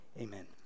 Amen